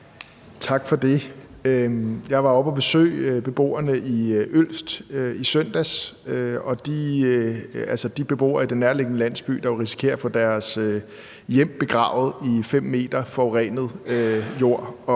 Tak for det. Jeg var oppe at besøge beboerne i Ølst i søndags, altså de beboere i den nærliggende landsby, der jo risikerer at få deres hjem begravet i 5 m forurenet jord